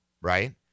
right